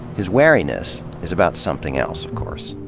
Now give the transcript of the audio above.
his wariness is about something else, of course.